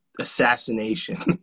assassination